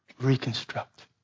reconstruct